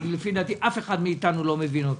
לפי דעתי אף אחד מאיתנו לא מבין אותו.